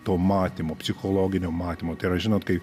to matymo psichologinio matymo tai yra žinot kai